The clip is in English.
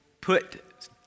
put